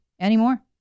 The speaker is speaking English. anymore